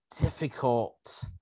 difficult